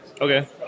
Okay